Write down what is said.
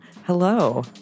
Hello